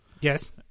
Yes